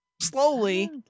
Slowly